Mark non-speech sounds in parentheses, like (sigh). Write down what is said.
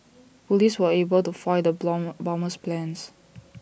Police were able to foil the (unintelligible) bomber's plans